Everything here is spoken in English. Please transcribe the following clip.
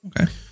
Okay